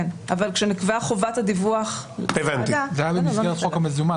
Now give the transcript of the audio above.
זה היה במסגרת חוק המזומן.